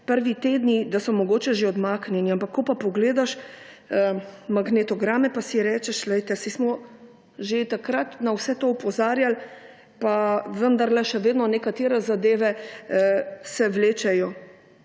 prvi tedni, da so mogoče že odmaknjeni, ampak ko pa pogledaš magnetograme pa si rečeš, poglejte, saj smo že takrat na vse to opozarjali, pa vendarle še vedno nekatere zadeve se vlečejo.